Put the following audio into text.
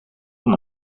van